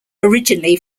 originally